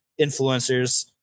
influencers